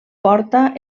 porta